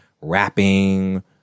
rapping